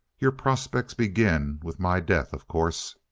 your prospects begin with my death, of course.